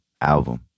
album